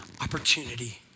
opportunity